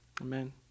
Amen